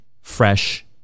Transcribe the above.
fresh